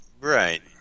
Right